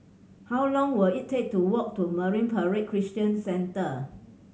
how long will it take to walk to Marine Parade Christian Centre